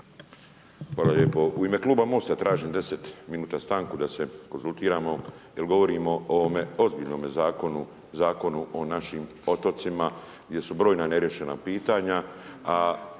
Hvala lijepo. U ime kluba MOST-a tražim 10 minuta stanku da se konzultiramo jer govorimo o ovome ozbiljnome Zakonu, Zakonu o našim otocima gdje su brojna nerješena pitanja,